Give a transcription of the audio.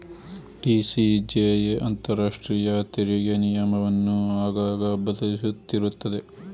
TCJA ಅಂತರಾಷ್ಟ್ರೀಯ ತೆರಿಗೆ ನಿಯಮವನ್ನು ಆಗಾಗ ಬದಲಿಸುತ್ತಿರುತ್ತದೆ